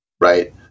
right